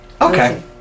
Okay